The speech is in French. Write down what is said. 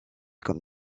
comme